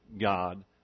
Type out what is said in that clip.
God